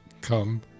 come